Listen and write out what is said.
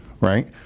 right